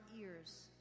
ears